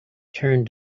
turned